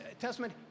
Testament